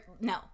no